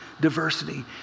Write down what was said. diversity